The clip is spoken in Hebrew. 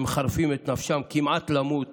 שמחרפים את נפשם כמעט למוות